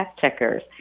checkers